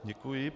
Děkuji.